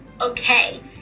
okay